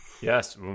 Yes